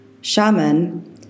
shaman